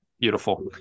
Beautiful